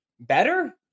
better